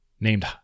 named